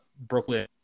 Brooklyn